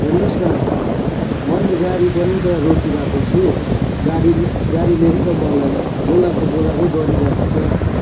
हेर्नुहोस् न मैले गाडी पनि त रोकिरहेको छु गाडीले गाडीले पनि त मलाई बोलाएको बोलाएकै गरिरहेको छ